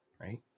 right